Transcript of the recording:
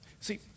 See